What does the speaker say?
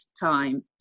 time